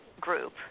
group